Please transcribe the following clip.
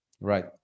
Right